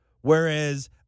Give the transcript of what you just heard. Whereas